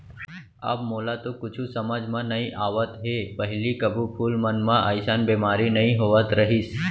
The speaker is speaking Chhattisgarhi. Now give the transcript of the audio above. अब मोला तो कुछु समझ म नइ आवत हे, पहिली कभू फूल मन म अइसन बेमारी नइ होत रहिस